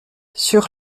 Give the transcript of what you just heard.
sur